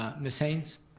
ah ms. haynes?